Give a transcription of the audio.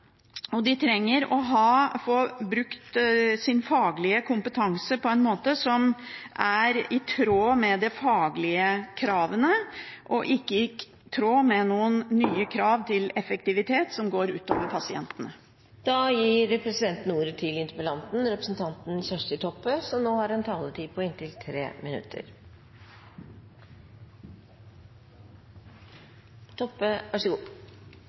og de trenger å få brukt sin faglige kompetanse på en måte som er i tråd med de faglige kravene, og ikke i tråd med nye krav til effektivitet som går ut over pasientene. Takk til dei som har hatt ordet. Det er mange som har kome med viktige innspel. Dette med finansiering er tatt opp. Det er viktig at sjukehusa har ein god